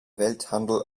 welthandel